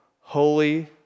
holy